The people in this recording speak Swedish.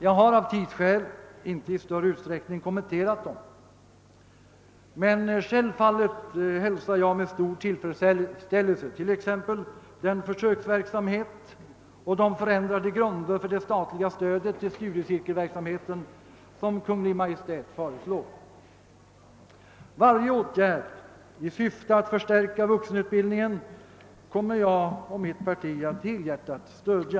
Jag har av tidsskäl inte i större utsträckning kommenterat dem, men självfallet hälsar jag med stor tillfredsställelse t.ex. den försöksverksamhet och de ändrade grunder för det statliga stödet till studiecirkelverksamheten som Kungl. Maj:t föreslår. Varje åtgärd i syfte att förstärka vuxenutbildningen kommer jag och mitt parti att helhjärtat stödja.